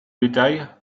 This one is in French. bétail